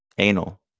Anal